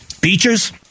beaches